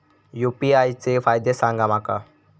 UPI चे फायदे सांगा माका?